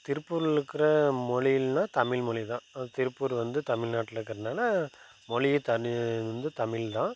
திருப்பூர்ல இருக்ககிற மொழிகள்னா தமிழ்மொழி தான் திருப்பூர் வந்து தமிழ்நாட்டில இருக்கிறனால மொழி தனி வந்து தமிழ்தான்